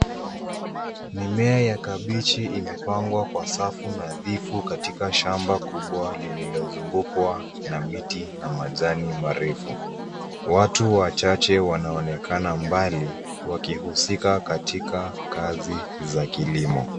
Mimea ya kabichi imepangwa kwa safu nadhifu katika shamba kubwa lililozungukwa na miti na majani marefu. Watu wachache wanaonekana mbali, wakihusika katika kazi za kilimo.